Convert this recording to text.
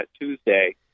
Tuesday